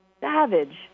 savage